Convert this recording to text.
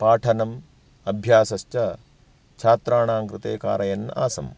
पाठनम् अभ्यासश्च छात्राणां कृते कारयन् आसम्